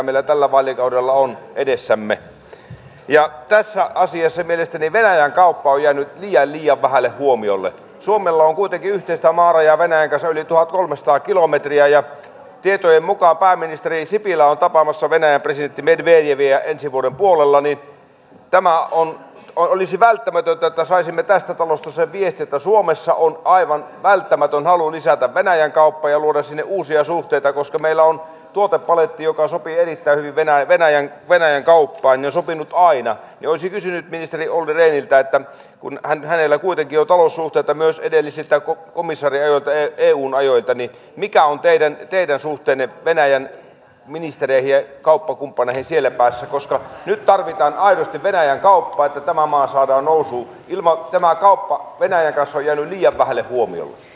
tarvitaan niin kansalaisten kuin sitten potilaidenkin asennoitumista uudella tavalla hoitoon ja kauppoja nyt jää liian vähälle huomiolle suomella nimenomaan siihen että maarajaa venäjän yli tuhatkolmesataa kilometriä ja tietojen mukaan pääministeri sipilä on tapaamassa venäjän kannetaan se omavastuu hoidon toteutuksesta niin tämä oli jo olisi välttämätön jotta saisimme tästä avustus ei vietetä suomessa on aivan välttämätön halu lisätä venäjän kauppa ja luoda uusia suhteita koska meillä on tuotepaletti joka sopii erittäin hyvänä venäjän venäjän kaupan iso pino aidat on sivistynyt ministeri oli löytää kun vähän hänelle kuitenkin oltava muuteta myös edellisiltä komissaariajoilta ja euhun ajoittaneet mikä on töiden teidän suhteenne venäjän ministeriä kauppakumppaniksi sillä maassa koska nyt tarvitaan aidosti venäjän kauppa ja tämä maa saadaan nousuun ilma tämä ennaltaehkäisyssä kuin sitten sairauksien hoidon osalta